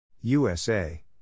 USA